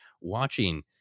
watching